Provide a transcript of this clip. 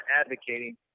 advocating